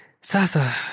Sasa